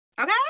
Okay